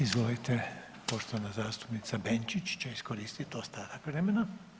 Izvolite poštovana zastupnica Benčić će iskoristit ostatak vremena.